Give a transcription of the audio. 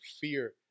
fear